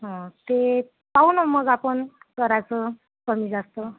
हं ते पाहूना मग आपण करायचं कमी जास्त